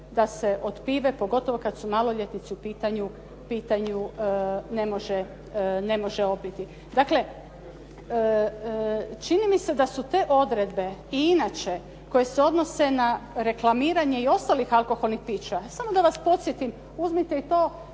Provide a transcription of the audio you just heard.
da se od pive pogotovo kada su maloljetnici u pitanju ne može opiti. Dakle, čini mi se da su te odredbe i inače koje se odnose na reklamiranje i ostalih alkoholnih pića, samo da vas podsjetim, uzmite i to